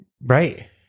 Right